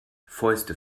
fäuste